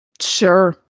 Sure